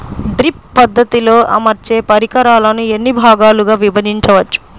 Drip పద్ధతిలో అమర్చే పరికరాలను ఎన్ని భాగాలుగా విభజించవచ్చు?